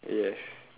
yes